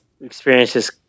experiences